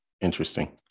Interesting